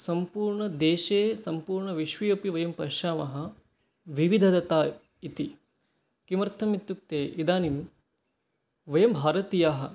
सम्पूर्णदेशे सम्पूर्णविश्वे अपि वयं पश्यामः विविधता इति किमर्थम् इत्युक्ते इदानीं वयं भारतीयाः